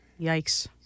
yikes